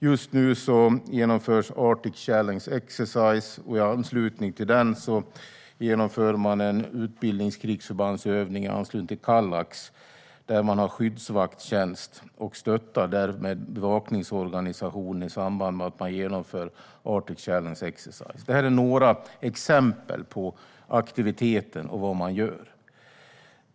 Just nu genomförs Arctic Challenge Exercise. I anslutning till den genomför man en utbildningskrigsövning vid Kallax där man har skyddsvaktstjänst och stöttar bevakningsorganisationen i samband med att man genomför Arctic Challenge Exercise. Detta är några exempel på aktiviteter och vad man gör.